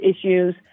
issues